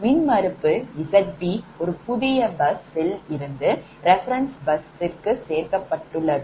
மின்மறுப்பு Zb ஒரு புதிய busல் இருந்து reference busல் சேர்க்கப்பட்டுள்ளது